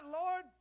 Lord